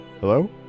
Hello